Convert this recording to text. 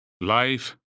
life